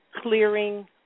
clearing